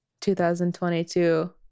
2022